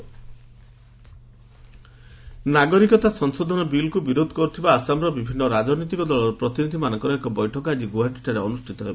citizenship bill ନାଗରିକତା ସଂଶୋଧନ ବିଲ୍କୁ ବିରୋଧ କରୁଥିବା ଆସାମର ବିଭିନ୍ନ ରାଜନୈତିକ ଦଳର ପ୍ରତିନିଧିମାନଙ୍କର ଏକ ବୈଠକ ଆଜି ଗୁଆହାଟୀଠାରେ ଅନୁଷ୍ଠିତ ହେବ